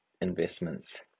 investments